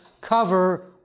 cover